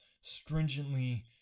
stringently